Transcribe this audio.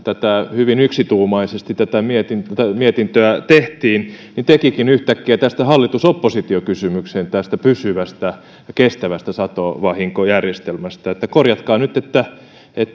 hyvin yksituumaisesti tätä mietintöä tehtiin tekikin yhtäkkiä hallitus oppositio kysymyksen tästä pysyvästä kestävästä satovahinkojärjestelmästä korjatkaa nyt